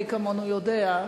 מי כמונו יודע,